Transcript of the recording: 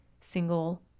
single